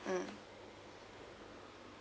mm